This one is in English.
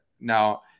Now